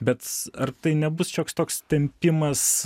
bet ar tai nebus šioks toks tempimas